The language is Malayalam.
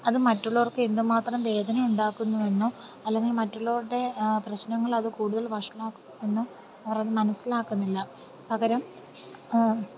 അത് മറ്റുള്ളവർക്ക് എന്ത് മാത്രം വേദന ഉണ്ടാക്കുന്നുവെന്നും അല്ലെങ്കിൽ മറ്റുള്ളവരുടെ പ്രശ്നങ്ങൾ അത് കൂടുതൽ വഷളാക്കുന്നു എന്നും അവർ അത് മനസ്സിലാക്കുന്നില്ല പകരം